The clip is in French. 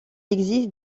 existe